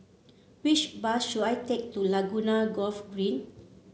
which bus should I take to Laguna Golf Green